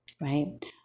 right